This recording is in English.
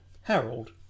harold